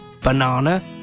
banana